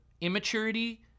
immaturity